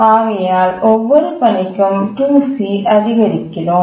ஆகையால் ஒவ்வொரு பணிக்கும் 2c அதிகரிக்கிறோம்